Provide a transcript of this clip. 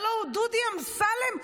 הלוא הוא דודי אמסלם,